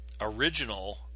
original